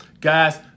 guys